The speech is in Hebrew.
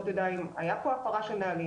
לא תדע אם הייתה פה הפרה של נהלים,